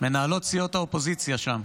מנהלות סיעות האופוזיציה שם.